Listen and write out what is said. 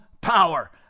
power